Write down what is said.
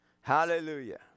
Hallelujah